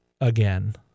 again